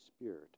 Spirit